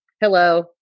Hello